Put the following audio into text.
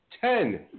ten